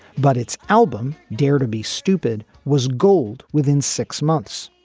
but its album dare to be stupid was gold within six months.